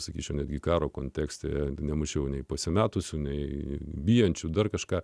sakyčiau netgi karo kontekste nemušiau nei pasimetusių nei bijančių dar kažką